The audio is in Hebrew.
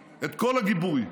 את כל הגיבוי.